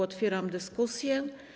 Otwieram dyskusję.